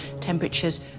temperatures